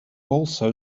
also